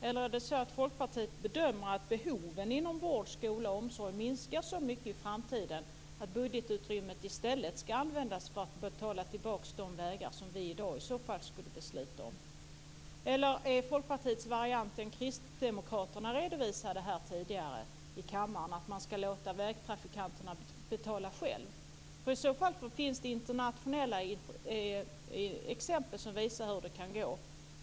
Eller bedömer Folkpartiet att behoven inom vård, skola och omsorg minskar så mycket i framtiden att budgetutrymmet i stället ska användas för att betala tillbaka lånen för de vägar som vi i dag skulle besluta om? Eller är Folkpartiets variant den som Kristdemokraterna redovisade tidigare här i kammaren, att man ska låta vägtrafikanterna betala själva? Det finns internationella exempel som visar hur det kan gå.